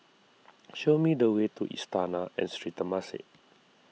show me the way to Istana and Sri Temasek